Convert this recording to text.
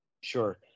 Sure